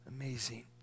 Amazing